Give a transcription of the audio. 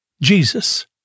Jesus